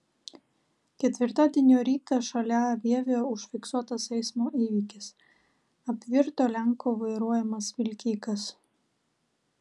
ketvirtadienio rytą šalia vievio užfiksuotas eismo įvykis apvirto lenko vairuojamas vilkikas